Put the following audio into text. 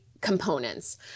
components